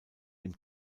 dem